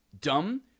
dumb